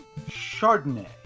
chardonnay